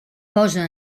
posa